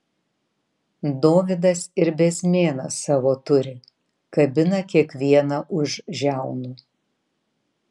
dovydas ir bezmėną savo turi kabina kiekvieną už žiaunų